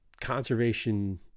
conservation